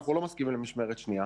אנחנו לא מסכימים למשמרת שנייה.